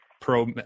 pro